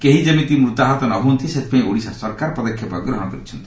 କେହି ଯେମିତି ମୃତାହତ ନହୁଅନ୍ତି ସେଥିପାଇଁ ଓଡ଼ିଶା ସରକାର ପଦକ୍ଷେପ ଗ୍ରହଣ କରିଛନ୍ତି